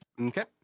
Okay